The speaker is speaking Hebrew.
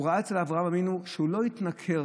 הוא ראה אצל אברהם אבינו שהוא לא התנכר